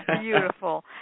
Beautiful